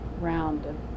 round